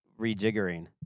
rejiggering